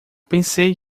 pensei